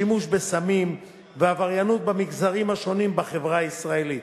שימוש בסמים ועבריינות במגזרים השונים בחברה הישראלית,